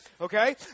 Okay